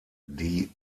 die